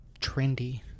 trendy